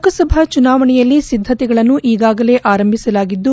ಲೋಕಸಭಾ ಚುನಾವಣೆಯಲ್ಲಿ ಸಿದ್ದತೆಗಳನ್ನು ಈಗಾಗಲೇ ಆರಂಭಿಸಲಾಗಿದ್ದು